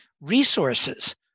Resources